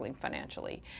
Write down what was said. financially